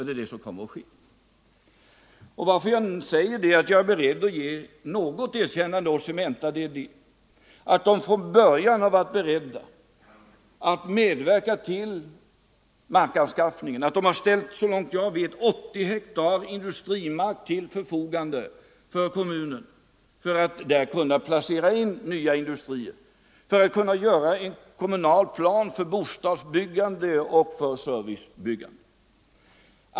Det är det som kommer att ske. Att jag nu säger att jag är beredd att ge något erkännande åt Cementa beror på att man från början varit beredd att medverka till markanskaffningen och har ställt — så långt jag vet — 80 hektar industrimark till förfogande för kommunen för att man där skall kunna placera in nya industrier och göra en kommunal plan för bostadsbyggande och servicebyggande.